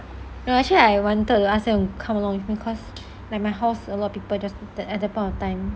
no actually I wanted to ask them to come along with me cause like my house got a lot of people just at that point of time